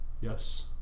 Yes